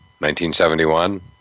1971